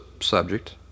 subject